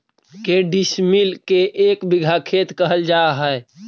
के डिसमिल के एक बिघा खेत कहल जा है?